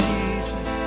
Jesus